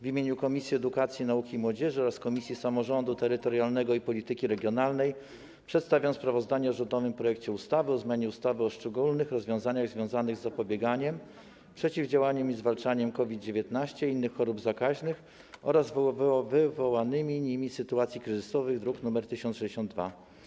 W imieniu Komisji Edukacji, Nauki i Młodzieży oraz Komisji Samorządu Terytorialnego i Polityki Regionalnej przedstawiam sprawozdanie o rządowym projekcie ustawy o zmianie ustawy o szczególnych rozwiązaniach związanych z zapobieganiem, przeciwdziałaniem i zwalczaniem COVID-19, innych chorób zakaźnych oraz wywołanych nimi sytuacji kryzysowych, druk nr 1062.